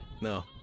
No